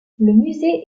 musée